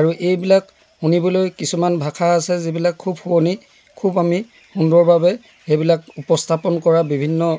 আৰু এইবিলাক শুনিবলৈ কিছুমান ভাষা আছে যিবিলাক খুব শুৱনি খুব আমি সুন্দৰভাৱে সেইবিলাক উপস্থাপন কৰা বিভিন্ন